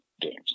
games